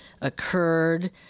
occurred